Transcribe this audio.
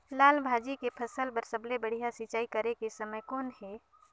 लाल भाजी के फसल बर सबले बढ़िया सिंचाई करे के समय कौन हे?